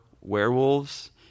werewolves